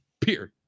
period